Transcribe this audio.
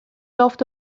یافت